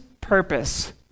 purpose